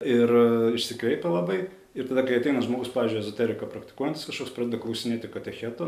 ir išsikreipia labai ir tada kai ateina žmogus pavyzdžiui ezoteriką praktikuojantis kažkoks pradeda klausinėti katecheto